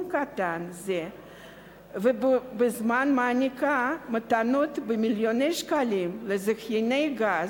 קטן זה ובו בזמן מעניקה מתנות במיליוני שקלים לזכייניי גז,